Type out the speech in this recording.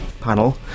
panel